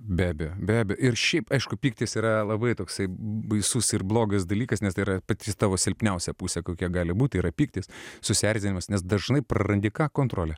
be abejo be abejo ir šiaip aišku pyktis yra labai toksai baisus ir blogas dalykas nes tai yra pati tavo silpniausia pusė kokia gali būti yra pyktis susierzinimas nes dažnai prarandi kontrolę